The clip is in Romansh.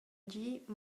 dir